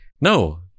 No